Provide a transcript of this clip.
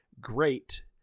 great